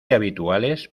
habituales